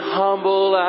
humble